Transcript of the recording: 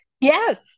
Yes